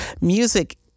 Music